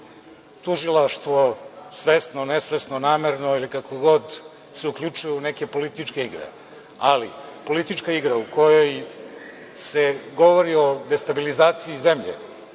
Tužilaštvo, svesno, nesvesno, namerno, ili kako god, se uključuje u neke političke igre. Ali, politička igra u kojoj se govori o destabilizaciji zemlje